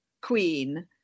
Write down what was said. queen